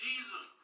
Jesus